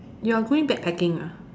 you are going backpacking ah